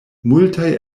multaj